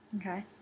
Okay